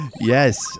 Yes